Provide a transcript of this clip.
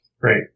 great